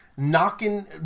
Knocking